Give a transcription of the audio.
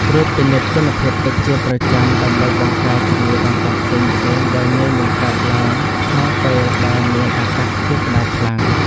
ត្រួតពិនិត្យគុណភាពទឹកជាប្រចាំដើម្បីបង្ការជំងឺដង្កាត់ផ្សេងៗដែលងាយនឹងកើតឡើងក្នុងពេលដែលមានអាកាសធាតុក្ដៅខ្លាំង។